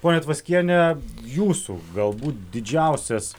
ponia tvaskiene jūsų galbūt didžiausias